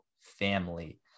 family